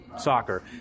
soccer